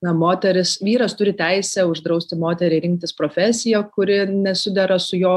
na moteris vyras turi teisę uždrausti moteriai rinktis profesiją kuri nesidera su jo